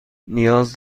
نیاز